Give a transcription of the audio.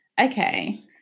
Okay